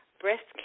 breast